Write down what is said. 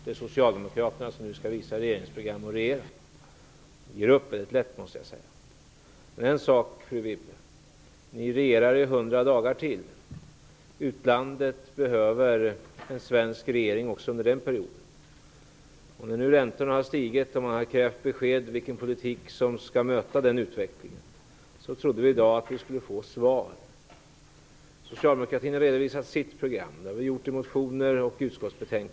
Det är socialdemokraterna som skall visa regeringsprogram och regera. Ni ger upp väldigt lätt, måste jag säga. Ni regerar ju i 100 dagar till. Utlandet behöver en svensk regering också under den perioden. När nu räntorna har stigit och man har krävt besked vilken politik som skall möta den utvecklingen trodde vi att vi skulle få svar. Socialdemokratin har visat sitt program. Det har vi gjort i motioner och i utskottsarbetet.